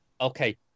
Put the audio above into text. Okay